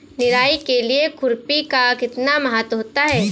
निराई के लिए खुरपी का कितना महत्व होता है?